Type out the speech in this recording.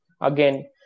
again